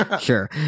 sure